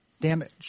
damage